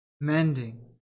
Mending